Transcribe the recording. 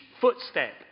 footstep